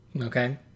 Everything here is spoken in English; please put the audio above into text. okay